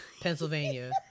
Pennsylvania